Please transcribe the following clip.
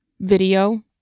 video